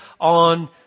on